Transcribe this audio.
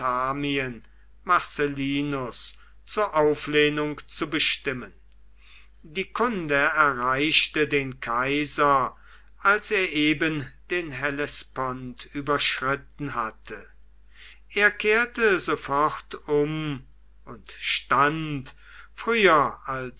marcellinus zur auflehnung zu bestimmen die kunde erreichte den kaiser als er eben den hellespont überschritten hatte er kehrte sofort um und stand früher